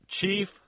Chief